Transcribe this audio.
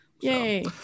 Yay